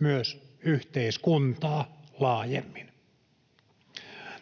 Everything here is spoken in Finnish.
myös yhteiskuntaa laajemmin.